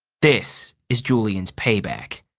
this is julian's payback.